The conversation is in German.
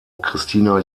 christina